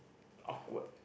awkward